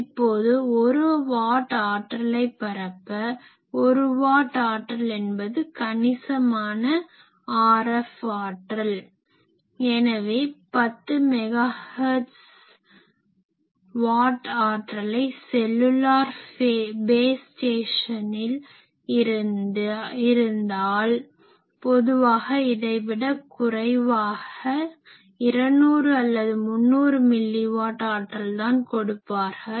இப்போது 1 வாட் ஆற்றலை பரப்ப 1 வாட் ஆற்றல் என்பது கணிசமான RF ஆற்றல் எனவே 10 மெகா ஹெர்ட்ஸ் வாட் ஆற்றலை செல்லுலார் பேஸ் ஸ்டேஷனில் இருந்தால் பொதுவாக இதை விட குறைவாக 200 அல்லது 300 மில்லி வாட் ஆற்றல்தான் கொடுப்பார்கள்